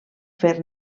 fer